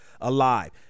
alive